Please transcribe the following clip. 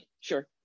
Sure